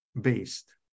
based